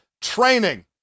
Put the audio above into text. training